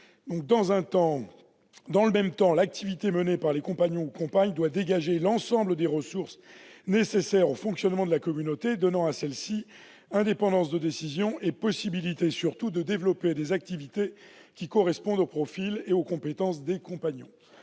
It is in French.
Dans le même temps, l'activité menée par les compagnons ou compagnes doit dégager l'ensemble des ressources nécessaires au fonctionnement de la communauté, donnant à celle-ci indépendance de décision et possibilité de développer des activités correspondant aux profils et compétences des compagnons.